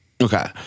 Okay